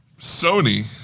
Sony